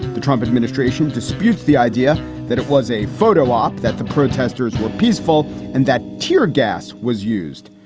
the trump administration disputes the idea that it was a photo op, that the protesters were peaceful and that tear gas was used.